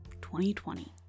2020